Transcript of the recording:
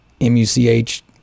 m-u-c-h